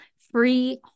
free